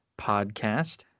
podcast